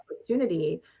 opportunity